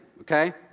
okay